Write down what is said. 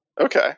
Okay